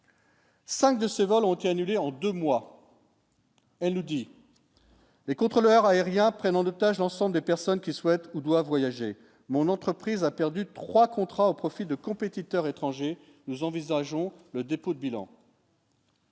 5 de ce volontiers annulé en 2 mois, elle le dit. Les contrôleurs aériens prénom d'otages, l'ensemble des personnes qui souhaitent ou doivent voyager, mon entreprise a perdu 3 contrats au profit de compétiteurs et. Tanger nous envisageons le dépôt de bilan.